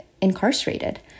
incarcerated